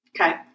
Okay